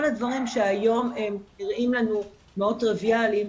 כל הדברים שהיום הם נראים לנו מאוד טריוויאליים,